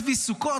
צבי סוכות,